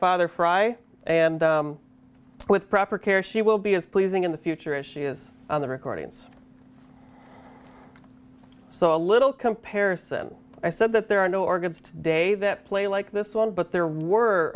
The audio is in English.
father fry and with proper care she will be as pleasing in the future as she is on the recordings so a little comparison i said that there are new organs today that play like this one but there were